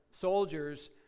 soldiers